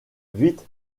vite